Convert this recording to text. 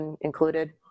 included